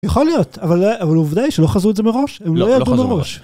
יכול להיות. אבל א-עובדה שלא חזו את זה מראש, הם לא חזו מראש. -לא, לא חזו מראש.